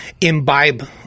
imbibe